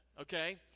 okay